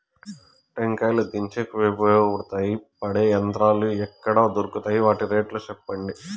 టెంకాయలు దించేకి ఉపయోగపడతాయి పడే యంత్రాలు ఎక్కడ దొరుకుతాయి? వాటి రేట్లు చెప్పండి?